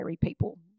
people